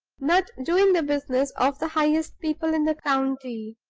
not doing the business of the highest people in the county,